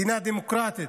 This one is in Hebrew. מדינה דמוקרטית